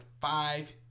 five